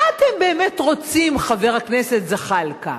מה אתם באמת רוצים, חבר הכנסת זחאלקה?